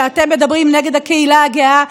שאתם מדברים נגד הקהילה הגאה,